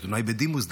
עיתונאי בדימוס,